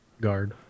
Guard